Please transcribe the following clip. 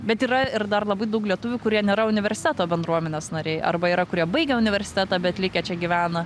bet yra ir dar labai daug lietuvių kurie nėra universeto bendruomenės nariai arba yra kurie baigę universitetą bet likę čia gyvena